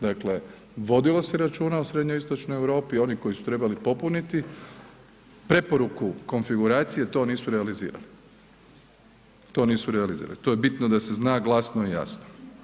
Dakle, vodilo se računa o srednjoistočnoj Europi, oni koji su trebali preporuku konfiguracije, to nisu realizirali, to nisu realizirali, to je bitno da se zna glasno i jasno.